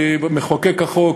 כמחוקק החוק,